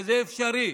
וזה אפשרי.